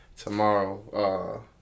Tomorrow